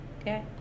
Okay